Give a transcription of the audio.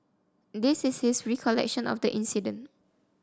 this is his recollection of the incident